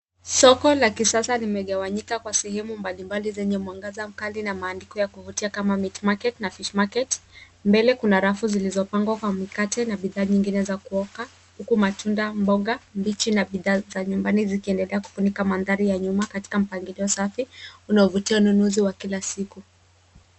Soko, la kisasa limegewanyika kwa sehemu mbalibali zenye mwangaza mkali na maandikuya kuhutia kama meat market na fish market . Mbele kuna rafu zilizopango kwa mkate na bidhaa nyingine za kuoka. Huku matunda, mboga, mbichi na bidhaa za nyumbani zikienelea kufunika mandhari ya nyuma katika mpangilio safi. Unaovutia nunuzi wa kila siku.